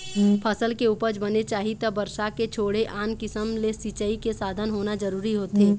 फसल के उपज बने चाही त बरसा के छोड़े आन किसम ले सिंचई के साधन होना जरूरी होथे